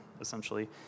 essentially